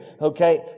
Okay